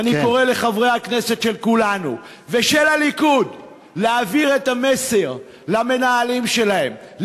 אני קורא לחברי הכנסת של כולנו ושל הליכוד להעביר את המסר למנהלים שלהם,